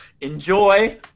enjoy